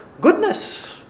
goodness